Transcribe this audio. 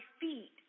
feet